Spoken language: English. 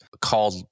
called